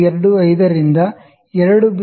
25 ರಿಂದ 2